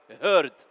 heard